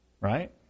Right